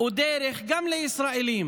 ודרך גם לישראלים,